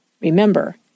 Remember